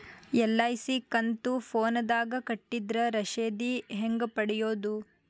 LIC ಕಂತು ಫೋನದಾಗ ಕಟ್ಟಿದ್ರ ರಶೇದಿ ಹೆಂಗ್ ಪಡೆಯೋದು?